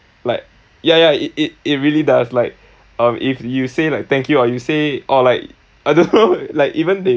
like yeah yeah it it it really does like um if you say like thank you or you say or like I don't know like even they